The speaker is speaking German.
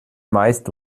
meist